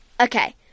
Okay